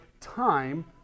time